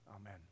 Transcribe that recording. Amen